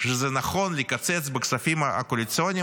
שזה נכון לקצץ בכספים הקואליציוניים,